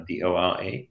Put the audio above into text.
DORA